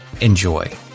Enjoy